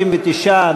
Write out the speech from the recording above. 59,